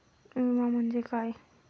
विमा म्हणजे काय?